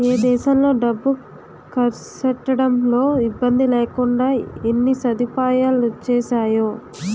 ఏ దేశంలో డబ్బు కర్సెట్టడంలో ఇబ్బందిలేకుండా ఎన్ని సదుపాయాలొచ్చేసేయో